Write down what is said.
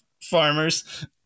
farmers